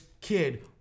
kid